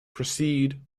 proceed